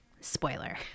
Spoiler